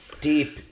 deep